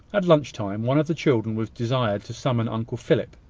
at lunch-time, one of the children was desired to summon uncle philip.